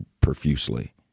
profusely